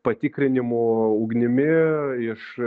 patikrinimų ugnimi iš